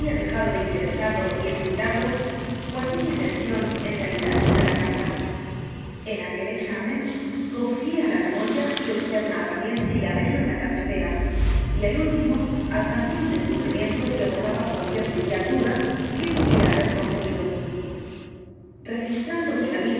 de interesarlo y excitarlo g u a r d é mi atención en realidad sobre la carta en aquel examen confié á la memoria su externa apariencia y arreglo en la tarjetera y al último alcancé un descubrimiento que borraba cualquier trivial duda que pudiera haber concebido registrando con la